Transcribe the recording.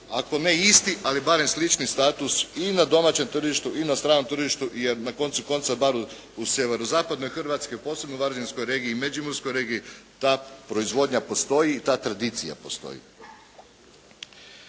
ako ne isti, ali barem slični status i na domaćem tržištu i na stranom tržištu, jer na koncu konca bar u sjeverozapadnoj Hrvatskoj, posebno u Varaždinskoj regiji i Međimurskoj regiji, ta proizvodnja postoji i ta tradicija postoji.